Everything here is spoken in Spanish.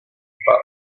espada